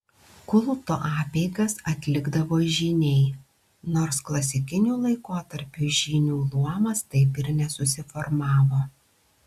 kulto apeigas atlikdavo žyniai nors klasikiniu laikotarpiu žynių luomas taip ir nesusiformavo